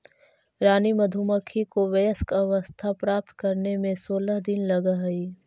रानी मधुमक्खी को वयस्क अवस्था प्राप्त करने में सोलह दिन लगह हई